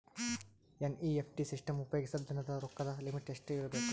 NEFT system ಉಪಯೋಗಿಸಿದರ ದಿನದ ರೊಕ್ಕದ ಲಿಮಿಟ್ ಎಷ್ಟ ಇರಬೇಕು?